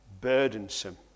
burdensome